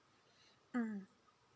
mm